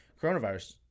coronavirus